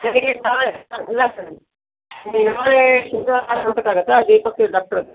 ನನಗೆ ನಾಳೆ ಅಲ್ಲ ಸರ್ ನನಗೆ ನಾಳೆ ಶನಿವಾರ ಆದರೂ ಬರಬೇಕಾಗುತ್ತಾ ದೀಪಕ್ ಡಾಕ್ಟರ್ ಹತ್ತಿರ